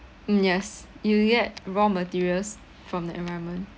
mm yes you get raw materials from the environment